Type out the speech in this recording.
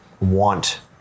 want